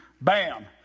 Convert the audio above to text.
bam